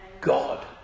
God